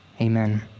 Amen